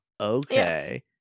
Okay